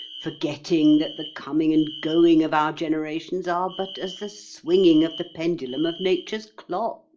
forgetting that the coming and going of our generations are but as the swinging of the pendulum of nature's clock.